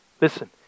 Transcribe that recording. Listen